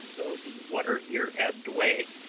though the water here ebbed away,